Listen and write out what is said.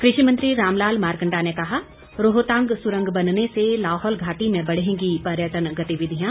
कृषि मंत्री राम लाल मारकंडा ने कहा रोहतांग सुरंग बनने से लाहौल घाटी में बढ़ेंगी पर्यटन गतिविधियां